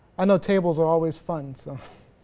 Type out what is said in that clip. anna tables always fun stuff